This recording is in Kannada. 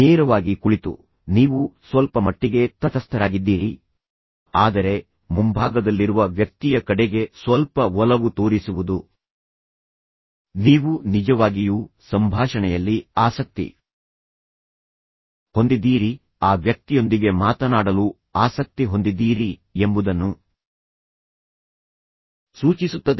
ನೇರವಾಗಿ ಕುಳಿತು ನೀವು ಸ್ವಲ್ಪಮಟ್ಟಿಗೆ ತಟಸ್ಥರಾಗಿದ್ದೀರಿ ಆದರೆ ಮುಂಭಾಗದಲ್ಲಿರುವ ವ್ಯಕ್ತಿಯ ಕಡೆಗೆ ಸ್ವಲ್ಪ ಒಲವು ತೋರಿಸುವುದು ನೀವು ನಿಜವಾಗಿಯೂ ಸಂಭಾಷಣೆಯಲ್ಲಿ ಆಸಕ್ತಿ ಹೊಂದಿದ್ದೀರಿ ಆ ವ್ಯಕ್ತಿಯೊಂದಿಗೆ ಮಾತನಾಡಲು ಆಸಕ್ತಿ ಹೊಂದಿದ್ದೀರಿ ಎಂಬುದನ್ನು ಸೂಚಿಸುತ್ತದೆ